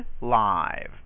live